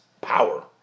power